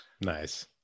Nice